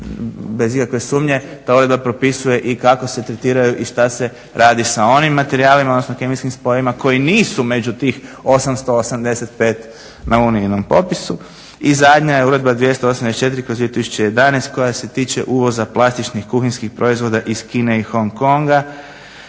bez ikakve sumnje ta odredba propisuje i kako se tretiraju i šta se radi sa onim materijalima, odnosno kemijskih spojevima koji nisu među tih 885 na unijinom popisu. I zadnja je Uredba 284/2011. koja se tiče uvoza plastičnih kuhinjskih proizvoda iz Kine i Hong konga.